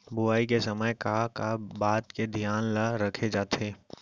बुआई के समय का का बात के धियान ल रखे जाथे?